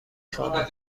خوانم